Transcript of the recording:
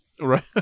right